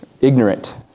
ignorant